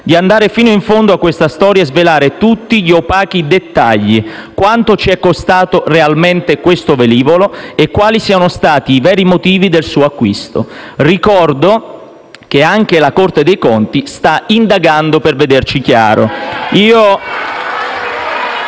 di andare fino in fondo a questa storia e svelarne tutti gli opachi dettagli: quanto ci è costato realmente questo velivolo e quali siano stati i veri motivi del suo acquisto. Ricordo che anche la Corte dei conti sta indagando per vederci chiaro.